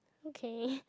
okay